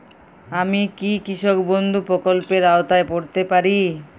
আমি কি কৃষক বন্ধু প্রকল্পের আওতায় পড়তে পারি?